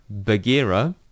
Bagira